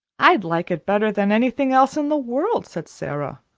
i'd like it better than anything else in the world, said sara.